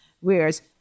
Whereas